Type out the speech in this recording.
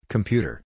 Computer